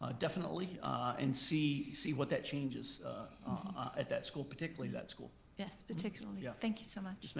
ah definitely and see see what that changes at that school, particularly that school. yes, particularly. yeah thank you so much.